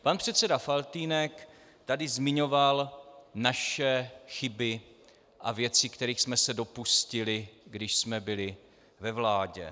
Pan předseda Faltýnek tady zmiňoval naše chyby a věci, kterých jsme se dopustili, když jsme byli ve vládě.